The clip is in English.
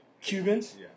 Cubans